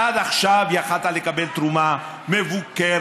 עד עכשיו יכולת לקבל תרומה מבוקרת.